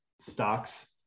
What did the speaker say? stocks